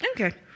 Okay